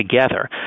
together